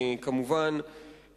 כמובן,